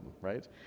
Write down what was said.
right